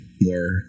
more